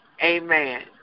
Amen